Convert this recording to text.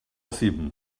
cim